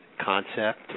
concept